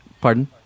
pardon